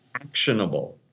actionable